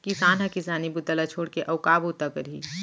किसान ह किसानी ल छोड़ के अउ का बूता करही